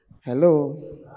hello